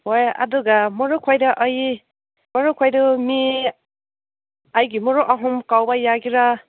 ꯍꯣꯏ ꯑꯗꯨꯒ ꯃꯔꯨꯞꯈꯣꯏꯗ ꯑꯩ ꯃꯔꯨꯞꯈꯣꯏꯗꯨ ꯃꯤ ꯑꯩꯒꯤ ꯃꯔꯨꯞ ꯑꯍꯨꯝ ꯀꯧꯕ ꯌꯥꯒꯦꯔ